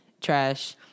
Trash